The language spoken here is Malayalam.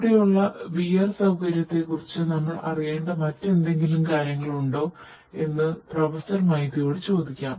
ഇവിടെയുള്ള വിആർ ചോദിക്കാം